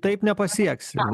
taip nepasieksim